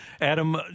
adam